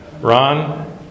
Ron